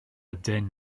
yden